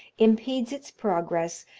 impedes its progress,